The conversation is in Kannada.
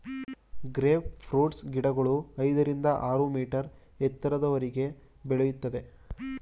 ಗ್ರೇಪ್ ಫ್ರೂಟ್ಸ್ ಗಿಡಗಳು ಐದರಿಂದ ಆರು ಮೀಟರ್ ಎತ್ತರದವರೆಗೆ ಬೆಳೆಯುತ್ತವೆ